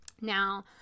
now